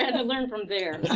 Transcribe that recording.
and learn from there.